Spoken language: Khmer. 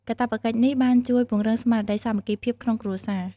កាតព្វកិច្ចនេះបានជួយពង្រឹងស្មារតីសាមគ្គីភាពក្នុងគ្រួសារ។